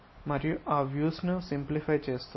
మరియు ఆ వ్యూస్ ను సింప్లిఫై చేస్తుంది